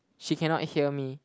she cannot hear me